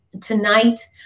tonight